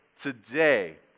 today